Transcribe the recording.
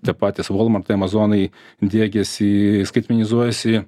tie patys volmartai amazonai diegiasi skaitmenizuojasi